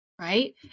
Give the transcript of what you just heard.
right